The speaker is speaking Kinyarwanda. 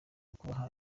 ukubaha